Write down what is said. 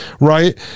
right